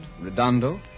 Redondo